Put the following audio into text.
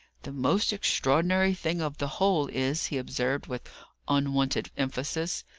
the most extraordinary thing of the whole is, he observed, with unwonted emphasis,